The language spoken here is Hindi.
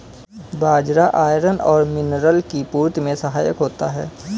बाजरा आयरन और मिनरल की पूर्ति में सहायक होता है